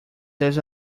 there’s